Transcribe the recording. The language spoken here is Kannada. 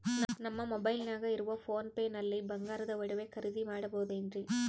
ನಮ್ಮ ಮೊಬೈಲಿನಾಗ ಇರುವ ಪೋನ್ ಪೇ ನಲ್ಲಿ ಬಂಗಾರದ ಒಡವೆ ಖರೇದಿ ಮಾಡಬಹುದೇನ್ರಿ?